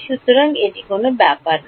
সুতরাং এটি কোন ব্যাপার না